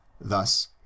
Thus